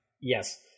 Yes